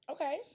Okay